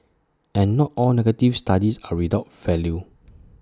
and not all negative studies are without value